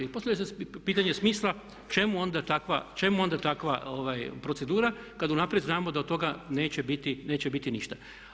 I postavlja se pitanje smisla čemu onda takva procedura kad unaprijed znamo da od toga neće biti ništa.